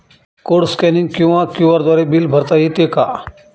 Code scanning किंवा QR द्वारे bill भरता येते का?